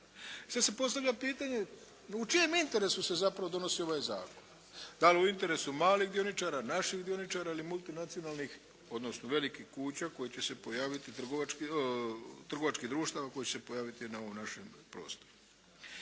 Sada se postavlja pitanje u čijem interesu se zapravo donosi ovaj zakon. Da li u interesu malih dioničara, naših dioničara ili multinacionalnih, odnosno velikih kuća koje će se pojaviti trgovačkih društava koja će se pojaviti na ovom našem prostoru.